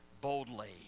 boldly